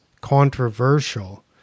controversial